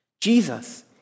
Jesus